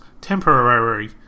temporary